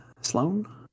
Sloan